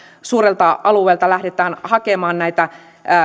suurelta alueelta lähdetään hakemaan näitä